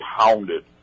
pounded